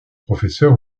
professeur